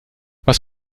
was